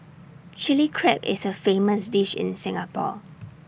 Chilli Crab is A famous dish in Singapore